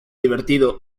divertido